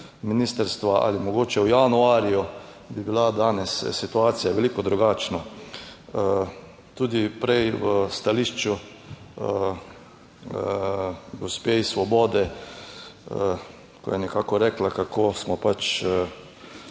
ali mogoče v januarju, bi bila danes situacija veliko drugačna. Tudi prej v stališču gospe Svobode, ko je nekako rekla, kako smo pač,